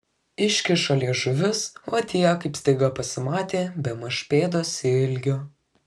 iškišo liežuvius o tie kaip staiga pasimatė bemaž pėdos ilgio